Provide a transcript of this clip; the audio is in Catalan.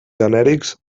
genèrics